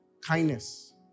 kindness